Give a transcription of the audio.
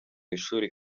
ishuri